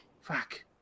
Fuck